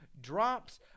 drops